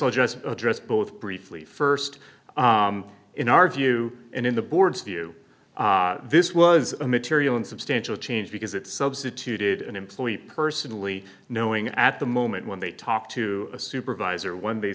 i'll just address both briefly st in our view and in the board's view this was a material in substantial change because it substituted an employee personally knowing at the moment when they talk to a supervisor when they